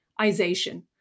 isation